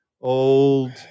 old